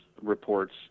reports